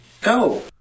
Go